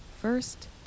first